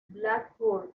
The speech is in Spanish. blackburn